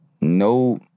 no